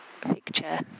picture